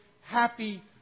happy